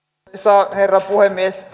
arvoisa herra puhemies